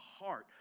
heart